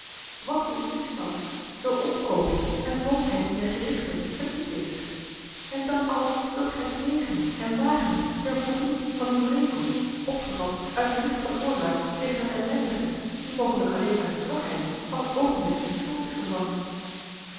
wat is diefstal zoo omkooping en valschheid in den gerichte het niet is en dat alles wilt gij plegen en wagen ter voldoening van uw wrevel opgevat uit lichte oorzaak tegen een ellendige die mogelijk alleen uit zwakheid van t oogenblik in schuld is gevallen